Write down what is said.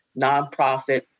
nonprofit